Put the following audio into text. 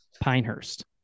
Pinehurst